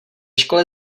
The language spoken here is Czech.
škole